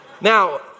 Now